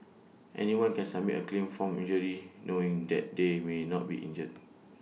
anyone can submit A claim for injury knowing that they may not be injured